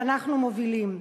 שאנחנו מובילים,